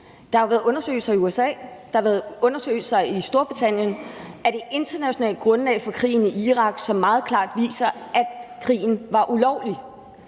der har været undersøgelser i Storbritannien af det internationale grundlag for krigen i Irak, som meget klart viser, at krigen var ulovlig.